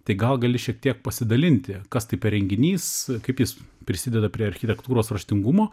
tai gal gali šiek tiek pasidalinti kas tai per renginys kaip jis prisideda prie architektūros raštingumo